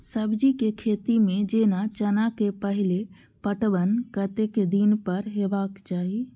सब्जी के खेती में जेना चना के पहिले पटवन कतेक दिन पर हेबाक चाही?